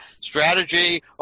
strategy